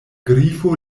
grifo